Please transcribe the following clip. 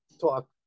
talk